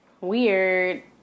weird